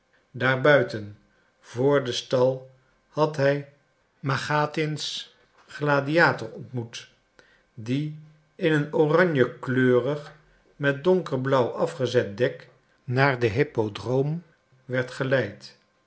daarbuiten voor den stal had hij machatins gladiator ontmoet die in een oranjekleurig met donkerblauw afgezet dek naar de hippodroom werd geleid